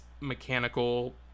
mechanical